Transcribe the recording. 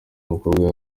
umukobwa